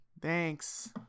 Thanks